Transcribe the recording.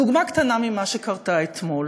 דוגמה קטנה ממה שקרה אתמול,